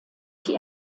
die